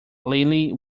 lily